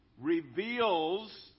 reveals